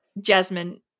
Jasmine –